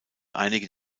einige